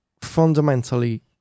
fundamentally